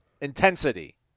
intensity